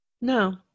No